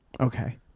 Okay